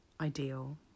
ideal